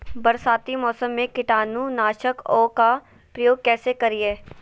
बरसाती मौसम में कीटाणु नाशक ओं का प्रयोग कैसे करिये?